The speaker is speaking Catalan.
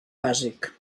bàsic